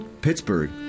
Pittsburgh